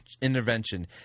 intervention